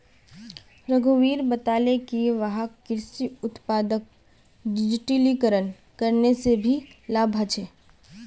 रघुवीर बताले कि वहाक कृषि उत्पादक डिजिटलीकरण करने से की लाभ ह छे